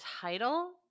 title